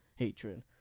Hatred